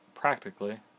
Practically